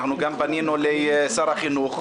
אנחנו גם פנינו לשר החינוך.